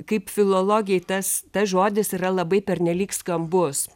kaip filologei tas tas žodis yra labai pernelyg skambus